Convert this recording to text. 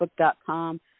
Facebook.com